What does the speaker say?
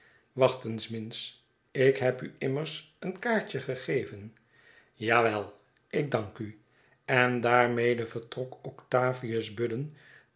eens minns ik heb u immers een kaartje gegeven ja wel ik dank u en daarmede vertrok octavius budden